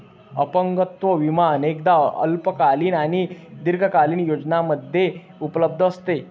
अपंगत्व विमा अनेकदा अल्पकालीन आणि दीर्घकालीन योजनांमध्ये उपलब्ध असतो